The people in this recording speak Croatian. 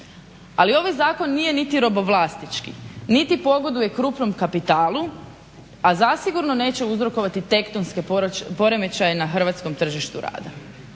Ali ovaj Zakon nije niti robovlasnički, niti pogoduje krupnom kapitalu, a zasigurno neće uzrokovati tektonske poremećaje na hrvatskom tržištu rada.